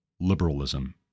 liberalism